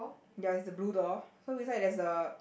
ya is a blue door so beside there's a